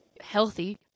healthy